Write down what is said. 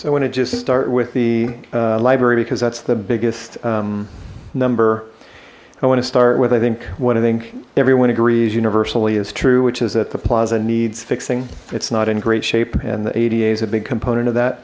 i want to just start with the library because that's the biggest number i want to start with i think what i think everyone agrees universally is true which is that the plaza needs fixing it's not in great shape and the ada is a big component of that